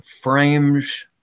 frames